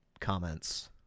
comments